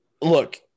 look